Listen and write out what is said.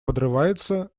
подрывается